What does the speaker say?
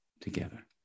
together